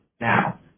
now